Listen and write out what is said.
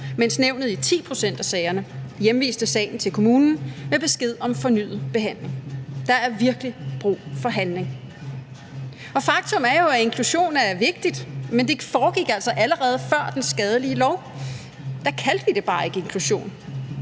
mens nævnet i 10 pct. af sagerne hjemviste sagen til kommunen med besked om fornyet behandling. Der er virkelig brug for handling. Faktum er jo, at inklusion er vigtigt, men det foregik altså allerede før den skadelige lov, da kaldte vi det bare ikke inklusion,